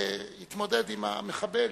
והתמודד עם המחבל